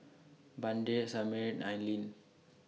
Vander Samir Aileen